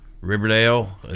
Riverdale